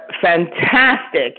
fantastic